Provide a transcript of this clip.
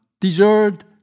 dessert